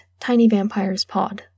tinyvampirespod